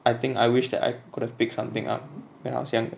I think I wished that I could have picked something up when I was younger